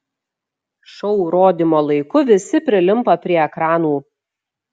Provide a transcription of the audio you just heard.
šou rodymo laiku visi prilimpa prie ekranų